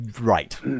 Right